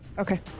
Okay